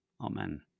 Amen